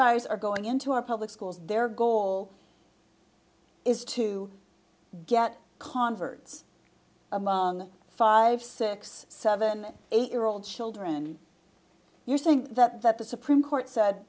guys are going into our public schools their goal is to get converts among five six seven eight year old children you're saying that that the supreme court said